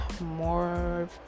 more